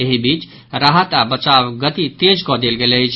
एहि बीच राहत आओर बचावक गति तेज कऽ देल गेल अछि